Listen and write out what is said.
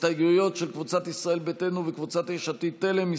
הסתייגויות של קבוצת ישראל ביתנו וקבוצת יש עתיד-תל"ם.